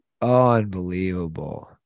unbelievable